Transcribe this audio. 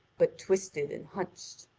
but twisted and hunched.